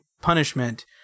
punishment